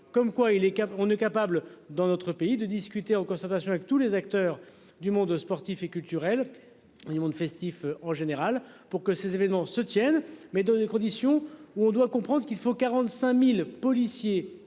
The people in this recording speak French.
Comme quoi il les on ne capable dans notre pays de discuter en concertation avec tous les acteurs du monde sportif et culturel du monde festif en général pour que ces événements se tiennent mais dans des conditions où on doit comprendre qu'il faut 45.000 policiers